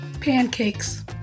Pancakes